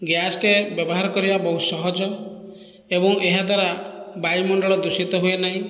ଗ୍ୟାସଟେ ବ୍ୟବହାର କରିବା ବହୁତ ସହଜ ଏବଂ ଏହା ଦ୍ୱାରା ବାୟୁମଣ୍ଡଳ ଦୂଷିତ ହୁଏନାହିଁ